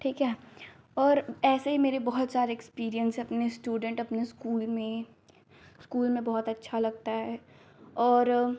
ठीक है और ऐसे ही मेरे बहुत सारे एक्सपीरिएन्स हैं अपने स्टूडेन्ट अपने स्कूल में स्कूल में बहुत अच्छा लगता है और